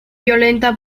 violenta